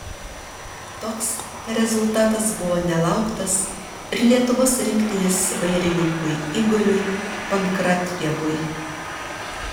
toks rezultatas buvo nelauktas ir lietuvos rinktinės vairininkui igoriui pankratjevui